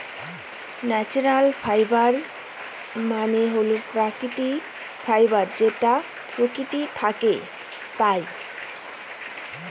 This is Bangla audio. ন্যাচারাল ফাইবার মানে হল প্রাকৃতিক ফাইবার যেটা প্রকৃতি থাকে পাই